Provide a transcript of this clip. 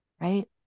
right